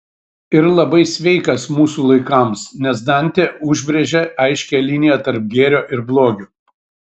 ir labai sveikas mūsų laikams nes dantė užbrėžia aiškią liniją tarp gėrio ir blogio